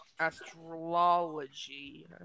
Astrology